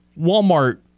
Walmart